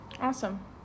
Awesome